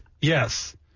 Yes